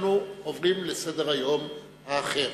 אנחנו עוברים לסדר-היום האחר.